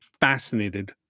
fascinated